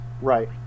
Right